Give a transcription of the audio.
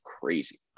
crazy